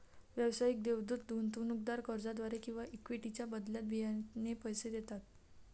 व्यावसायिक देवदूत गुंतवणूकदार कर्जाद्वारे किंवा इक्विटीच्या बदल्यात बियाणे पैसे देतात